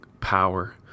power